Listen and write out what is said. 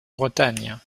bretagne